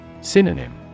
Synonym